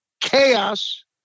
chaos